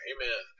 Amen